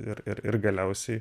ir ir ir galiausiai